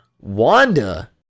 wanda